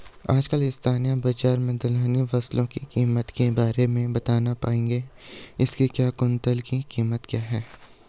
आजकल स्थानीय बाज़ार में दलहनी फसलों की कीमत के बारे में बताना पाएंगे इसकी एक कुन्तल की कीमत क्या है?